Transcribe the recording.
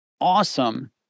awesome